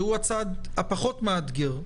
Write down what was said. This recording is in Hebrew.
שהוא הצד הפחות מאתגר.